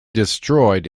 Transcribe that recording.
destroyed